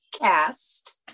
cast